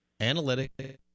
Analytic